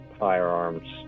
firearms